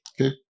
Okay